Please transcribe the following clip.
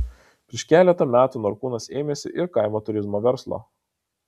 prieš keletą metų norkūnas ėmėsi ir kaimo turizmo verslo